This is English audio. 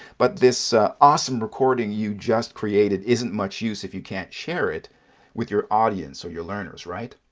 but this awesome recording you just created isn't much use if you can't share it with your audience or your learner's, right?